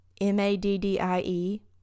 M-A-D-D-I-E